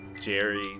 Jerry